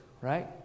Right